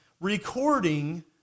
recording